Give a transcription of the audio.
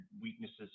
weaknesses